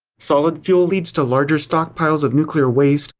solid fuel leads to larger stockpiles of nuclear waste,